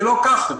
ולא כך הוא.